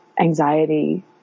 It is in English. anxiety